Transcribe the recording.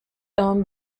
owned